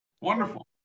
wonderful